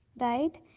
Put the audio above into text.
Right